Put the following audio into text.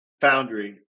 foundry